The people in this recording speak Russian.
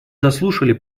заслушали